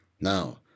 Now